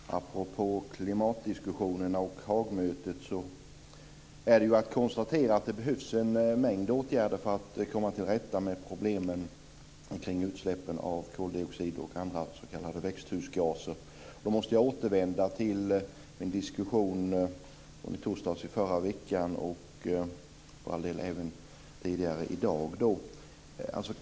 Fru talman! Apropå klimatdiskussionen och Haagmötet är det ju bara att konstatera att det behövs en mängd åtgärder för att man ska komma till rätta med problemen kring utsläppen av koldioxid och andra s.k. växthusgaser. Då måste jag återvända till min diskussion i torsdags i förra veckan och, för all del, även diskussionen tidigare i dag.